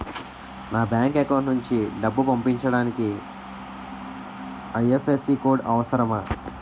నా bank account నుంచి డబ్బు పంపించడానికి ఐ.ఎఫ్.ఎస్.సి కోడ్ అవసరమా?